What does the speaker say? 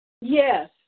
Yes